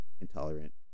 intolerant